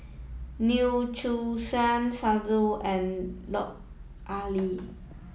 Neo Chwee and Lut Ali